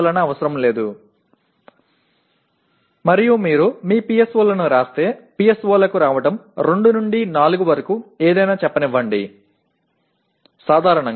உங்கள் PSOக்களை எழுதினால் PSOக்களுக்கு வருவது 2 முதல் 4 வரை ஏதாவது சொல்லலாம் எந்த பாடமும் 1 PSO